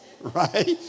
right